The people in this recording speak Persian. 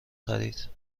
خرید